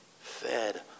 fed